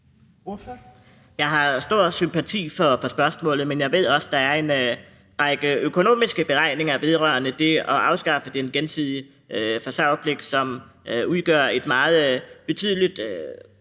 Jeg har stor sympati for spørgsmålet, men jeg ved også, at der er en række økonomiske beregninger vedrørende det at afskaffe den gensidige forsørgerpligt, som viser, at det udgør et meget betydeligt